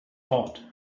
hot